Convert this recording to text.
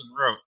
wrote